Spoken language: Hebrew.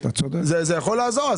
זה יכול לעזור.